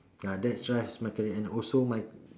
ah that drives my career and also my